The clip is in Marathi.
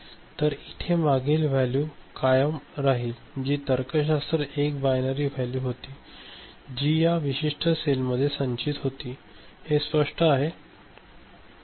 तर इथे मागील व्हॅल्यू कायम राहील जी तर्कशास्त्र 1 बायनरी व्हॅल्यू होती 1 जी या विशिष्ट सेलमध्ये संचित होती हे स्पष्ट आहे